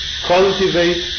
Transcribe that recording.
cultivate